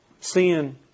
Seeing